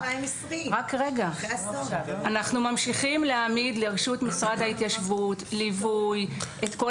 אנחנו ממשיכים להעמיד לרשות משרד ההתיישבות ליווי; את כל